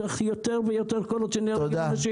צריך יותר ויותר --- תודה.